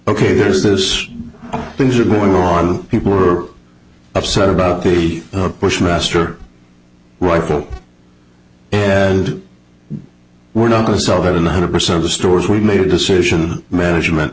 ok here's this things are going on people were upset about the bushmaster rifle and we're not going to solve it in one hundred percent of the stores we made a decision management